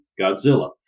Godzilla